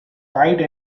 wide